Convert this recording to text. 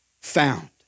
found